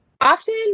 Often